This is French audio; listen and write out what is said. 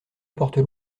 portent